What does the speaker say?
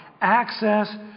access